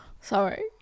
Sorry